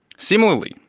similarly,